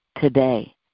today